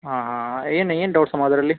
ಹಾಂ ಹಾಂ ಏನು ಏನು ಡೌಟ್ಸ್ ಅಮ್ಮ ಅದರಲ್ಲಿ